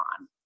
on